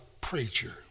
preacher